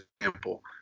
example